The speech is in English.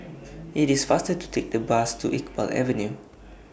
IT IS faster to Take The Bus to Iqbal Avenue